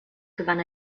gewann